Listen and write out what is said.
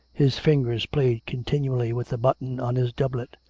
his fingers played continually with a button on his doublet.